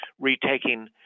retaking